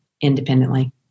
independently